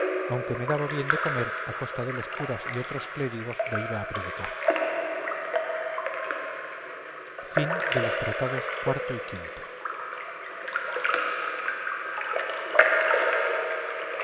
aunque me daba bien de comer a costa de los curas y otros clérigos do iba a predicar tratado